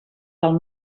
del